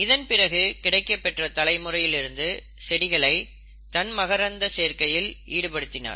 இதன்பிறகு கிடைக்கப்பெற்ற தலைமுறையில் இருந்த செடிகளை தன் மகரந்த சேர்க்கையில் ஈடுபடுத்தினார்